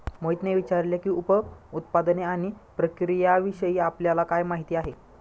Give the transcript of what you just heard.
मोहितने विचारले की, उप उत्पादने आणि प्रक्रियाविषयी आपल्याला काय माहिती आहे?